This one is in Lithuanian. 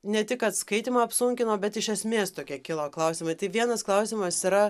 ne tik kad skaitymą apsunkino bet iš esmės tokie kilo klausimai tai vienas klausimas yra